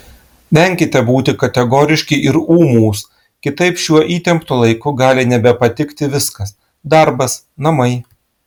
venkite būti kategoriški ir ūmūs kitaip šiuo įtemptu laiku gali nebepatikti viskas darbas namai